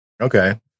Okay